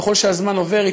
ככל שהזמן עובר,